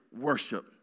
worship